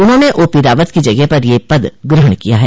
उन्होंने ओपी रावत की जगह पर यह पद ग्रहण किया है